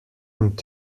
und